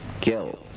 kill